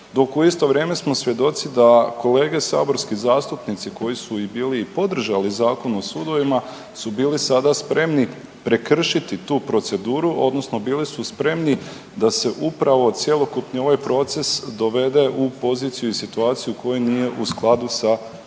dok u isto vrijeme smo svjedoci da kolege saborski zastupnici koji su i bili podržali Zakon o sudovima su bili sada spremni prekršiti tu proceduru odnosno bili su spremni da se upravo cjelokupni ovaj proces dovede u poziciju i situaciju koja nije u skladu sa zakonom